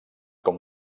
com